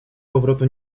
powrotu